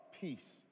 peace